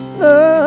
Love